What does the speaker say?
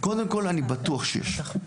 קודם כל, אני בטוח שיש.